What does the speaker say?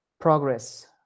progress